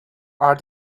are